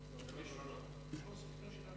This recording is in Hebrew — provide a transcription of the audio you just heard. דבר שהביא